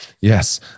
Yes